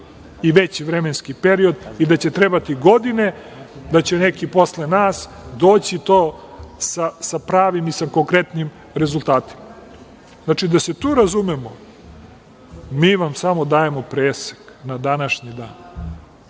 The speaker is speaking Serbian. i veći vremenski period i da će trebati godine, da će neki posle nas doći sa pravim i konkretnim rezultatom. Znači, da se tu razumemo, mi vam samo dajemo presek na današnji dan.